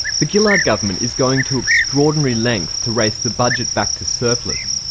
the gillard government is going to extraordinary lengths to race the budget back to surplus,